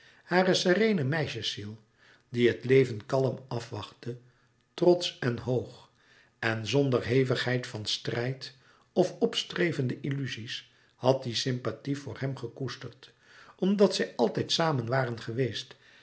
metamorfoze sereene meisjes ziel die het leven kalm afwachtte trotsch en hoog en zonder hevigheid van strijd of opstrevende illuzie's had sympathie voor hem gekoesterd omdat zij altijd samen waren geweest